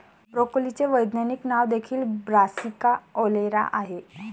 ब्रोकोलीचे वैज्ञानिक नाव देखील ब्रासिका ओलेरा आहे